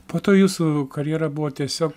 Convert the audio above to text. po to jūsų karjera buvo tiesiog